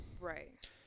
Right